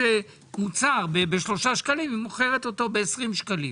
מוצר ב-3 שקלים מוכרות אותו ב-20 שקלים.